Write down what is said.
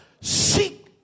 Seek